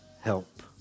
help